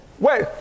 Wait